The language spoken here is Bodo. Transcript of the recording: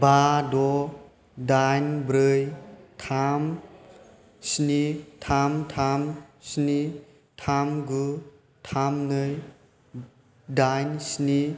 बा द' दाइन ब्रै थाम स्नि थाम थाम स्नि थाम गु थाम नै दाइन स्नि